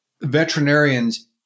veterinarians